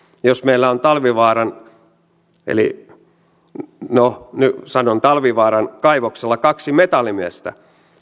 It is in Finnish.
jos meillä on talvivaaran no sanon talvivaaran kaivoksella kaksi metallimiestä